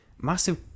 massive